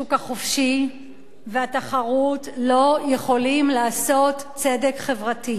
השוק החופשי והתחרות לא יכולים לעשות צדק חברתי.